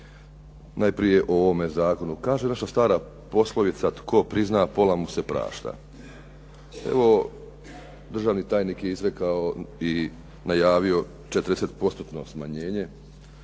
Najprije o ovome zakonu. Kaže nešto stara poslovica "Tko prizna, pola mu se prašta." Evo, državni tajnik je izrekao i najavio 40%-tno smanjenje